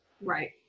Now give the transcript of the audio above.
Right